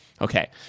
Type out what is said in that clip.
Okay